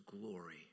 glory